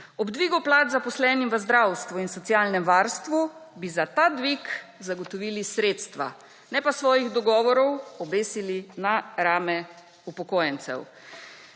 Ob dvigu plač zaposlenim v zdravstvu in socialnem varstvu bi za ta dvig zagotovili sredstva, ne pa svojih dogovorov obesili na rame upokojencev.